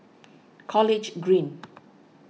College Green